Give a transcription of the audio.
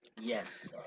yes